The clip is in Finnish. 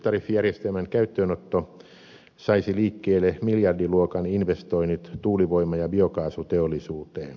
syöttötariffijärjestelmän käyttöönotto saisi liikkeelle miljardiluokan investoinnit tuulivoima ja biokaasuteollisuuteen